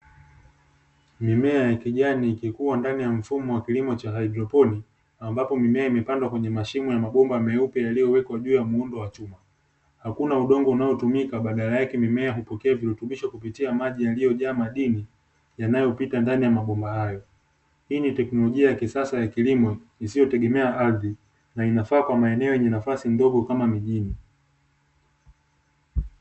Mimea ya kijani ikikua ndani ya mfumo wa kilimo cha hydroponiki ambapo mimea imepandwa kwenye mashimo ya mabomba meupe yaliyowekwa juu ya muundo wa chuma, hakuna udongo unaotumika badala yake mimea hupokea virutubisho kupitia maji yaliyojaa madini yanayopita ndani ya mabomba hayo hii ni teknolojia ya kisasa ya kilimo isiyotegemea ardhi na inafaa kwa maeneo ni nafasi ndogo kama mijini.